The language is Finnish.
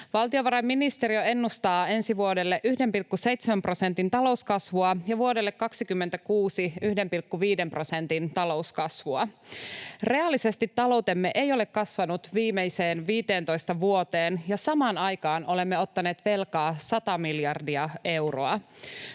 Valtiovarainministeriö ennustaa ensi vuodelle 1,7 prosentin talouskasvua ja 1,5 prosentin talouskasvua vuodelle 26. Reaalisesti taloutemme ei ole kasvanut viimeiseen 15 vuoteen, ja samaan aikaan olemme ottaneet velkaa sata miljardia euroa.